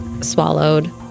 swallowed